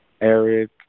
Eric